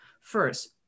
first